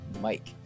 Mike